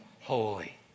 holy